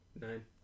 nine